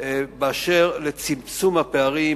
באשר לצמצום הפערים,